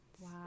Wow